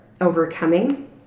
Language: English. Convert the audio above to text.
overcoming